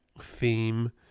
theme